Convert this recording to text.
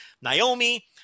Naomi